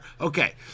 Okay